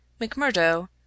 McMurdo